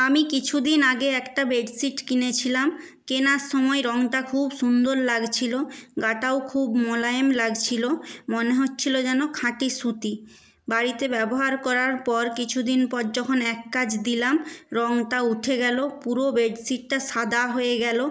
আমি কিছু দিন আগে একটা বেড শিট কিনেছিলাম কেনার সময় রংটা খুব সুন্দর লাগছিল গাটাও খুব মোলায়েম লাগছিল মনে হচ্ছিল যেন খাঁটি সুতি বাড়িতে ব্যবহার করার পর কিছু দিন পর যখন এক কাচ দিলাম রংটা উঠে গেল পুরো বেড শিটটা সাদা হয়ে গেল